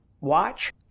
Watch